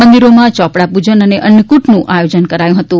મંદિરોમાં ચોપડા પૂજન અને અન્નફ્રટનું આયોજન કરાયું હતું